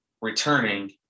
returning